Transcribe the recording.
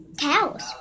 Cows